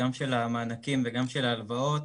גם של המענקים וגם של ההלוואות.